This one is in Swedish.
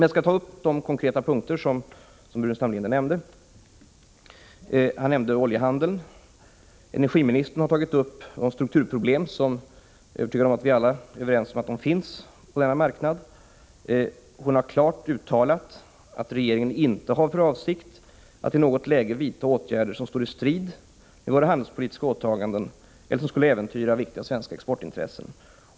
Jag skall ta upp de konkreta punkter som herr Burenstam Linder nämnde. Han nämnde bl.a. oljehandeln. Energiministern har tagit upp de strukturproblem som jag är övertygad om att vi alla är överens om finns på denna marknad. Hon har klart uttalat att regeringen inte har för avsikt att i något läge vidta åtgärder som står i strid med våra handelspolitiska åtaganden eller företa sig något som skulle äventyra viktiga svenska exportintressen.